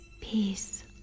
peace